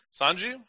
Sanji